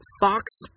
fox